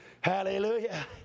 Hallelujah